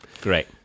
great